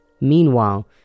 Meanwhile